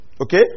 Okay